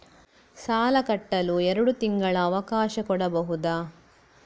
ಸಾಲ ಕಟ್ಟಲು ಎರಡು ತಿಂಗಳ ಅವಕಾಶ ಕೊಡಬಹುದಾ?